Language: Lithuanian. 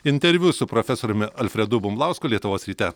interviu su profesoriumi alfredu bumblausku lietuvos ryte